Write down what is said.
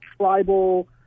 tribal